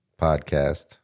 podcast